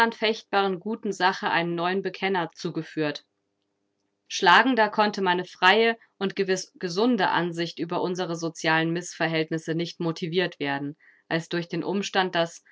unanfechtbaren guten sache einen neuen bekenner zugeführt schlagender konnte meine freie und gewiß gesunde ansicht über unsere sozialen mißverhältnisse nicht motiviert werden als durch den umstand daß